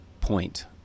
point